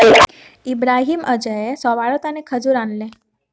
इब्राहिम अयेज सभारो तने खजूर आनले